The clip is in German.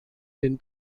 den